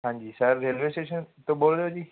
ਹਾਂਜੀ sir railway station ਤੋਂ ਬੋਲਦੇ ਹੋ ਜੀ